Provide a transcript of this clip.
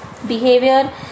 behavior